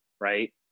right